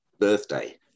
birthday